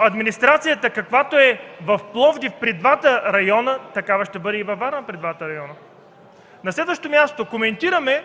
Администрацията, каквато е в Пловдив при двата района, такава ще бъде и във Варна при двата района. На следващо място, коментирахме